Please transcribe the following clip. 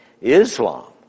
Islam